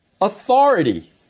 authority